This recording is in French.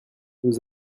nous